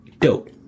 dope